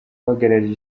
uhagarariye